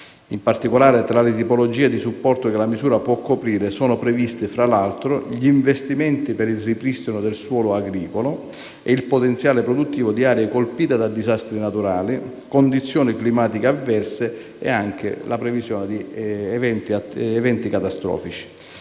In particolare, tra le tipologie di supporto che la misura può coprire, sono previsti, tra l'altro, gli investimenti per il ripristino del suolo agricolo e il potenziale produttivo di aree colpite da disastri naturali, condizioni climatiche avverse ed eventi catastrofici.